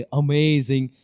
amazing